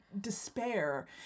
despair